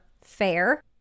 fair